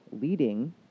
leading